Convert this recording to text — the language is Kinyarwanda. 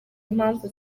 impamvu